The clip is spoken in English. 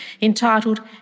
entitled